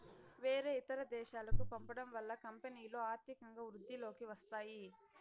వేరే ఇతర దేశాలకు పంపడం వల్ల కంపెనీలో ఆర్థికంగా వృద్ధిలోకి వస్తాయి